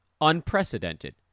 unprecedented